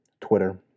Twitter